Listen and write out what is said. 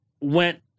went